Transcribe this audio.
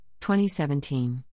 2017